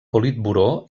politburó